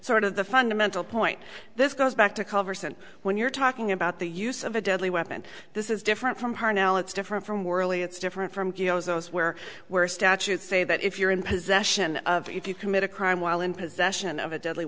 sort of the fundamental point this goes back to converse and when you're talking about the use of a deadly weapon this is different from parnell it's different from worley it's different from those where were statutes say that if you're in possession of if you commit a crime while in possession of a deadly